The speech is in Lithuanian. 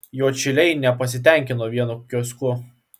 juodšiliai nepasitenkino vienu kiosku